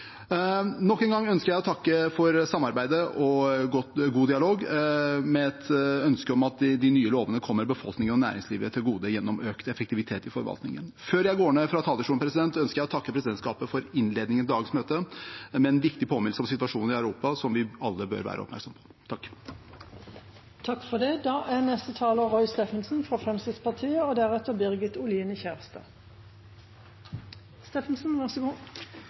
Nok en gang ønsker jeg å takke for samarbeidet og god dialog – med et ønske om at de nye lovene kommer befolkning og næringsliv til gode gjennom økt effektivitet i forvaltningen. Før jeg går ned fra talerstolen, ønsker jeg å takke presidentskapet for innledningen til dagens møte med en viktig påminnelse om situasjonen i Europa, som vi alle bør være oppmerksomme på. Regjeringens forslag handler om at reglene på hvert av tolletatens ansvarsområder skal få en bedre struktur og